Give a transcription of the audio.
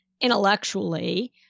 intellectually